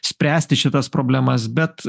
spręsti šitas problemas bet